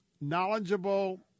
knowledgeable